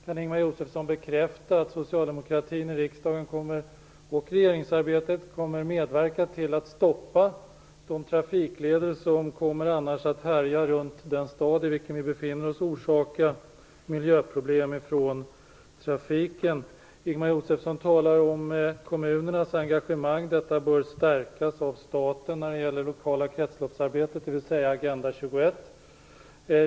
Kan Ingemar Josefsson bekräfta att socialdemokraterna i riksdagen och i regeringsarbetet kommer att medverka till att stoppa de trafikleder som annars kommer att härja runt den stad som vi befinner oss i och orsaka miljöproblem från trafiken? Ingemar Josefsson talar om kommunernas och att detta bör stärkas av staten när det gäller det lokala kretsloppsarbetet, dvs. Agenda 21.